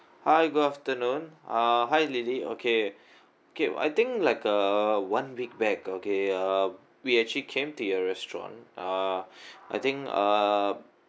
hi good afternoon uh hi lily okay K I think like a one week back okay uh we actually came to your restaurant uh I think uh